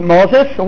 Moses